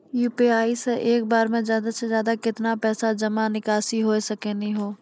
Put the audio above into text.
UPI से एक बार मे ज्यादा से ज्यादा केतना पैसा जमा निकासी हो सकनी हो?